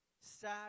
sad